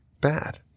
bad